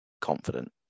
confident